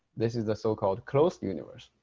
this is the so-called closed universe.